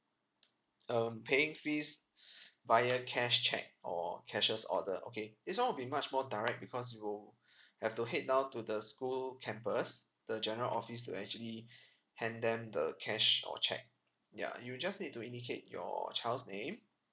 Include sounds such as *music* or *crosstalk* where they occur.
um paying fees *breath* via cash cheque or cashier's order okay this one will be much more direct because you will *breath* have to head down to the school campus the general office to actually *breath* hand them the cash or cheque ya you'll just need to indicate your child's name